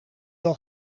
wel